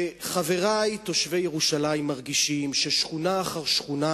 חברי תושבי ירושלים מרגישים ששכונה אחר שכונה,